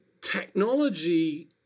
technology